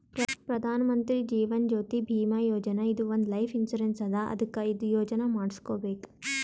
ಪ್ರಧಾನ್ ಮಂತ್ರಿ ಜೀವನ್ ಜ್ಯೋತಿ ಭೀಮಾ ಯೋಜನಾ ಇದು ಒಂದ್ life insurance ಅದಾ ಅದ್ಕ ಇದು ಯೋಜನಾ ಮಾಡುಸ್ಕೊಬೇಕ್